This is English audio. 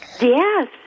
Yes